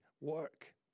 work